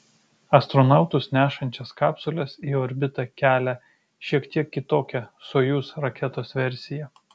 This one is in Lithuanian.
astronautus nešančias kapsules į orbitą kelia šiek tiek kitokia sojuz raketos versija